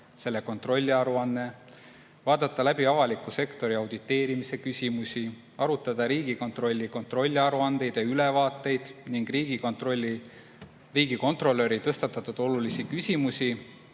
selle kontrolliaruanne, vaadata läbi avaliku sektori auditeerimise küsimusi, arutada Riigikontrolli kontrolliaruandeid ja ülevaateid ning riigikontrolöri tõstatatud olulisi küsimusi,